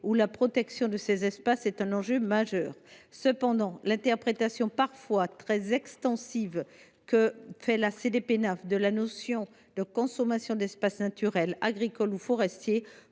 où la protection de ces espaces constitue un majeur. Cependant, l’interprétation parfois très extensive que fait la CDPENAF de la notion de consommation d’espace naturel, agricole ou forestier